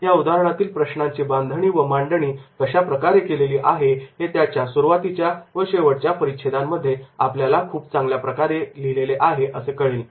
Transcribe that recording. या उदाहरणातील प्रश्नाची बांधणी व मांडणी कशा प्रकारे केलेली आहे हे त्याच्या सुरवातीच्या व शेवटच्या परिच्छेदांमध्ये आपल्याला खूप चांगल्या प्रकारे लिहिलेले आहे असे कळेल